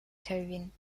kelvin